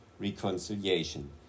reconciliation